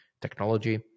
Technology